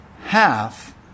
half